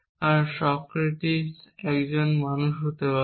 কারণ সক্রেটিস একজন মানুষ হতে পারে